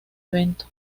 evento